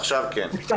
עדנה.